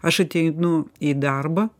aš ateinu į darbą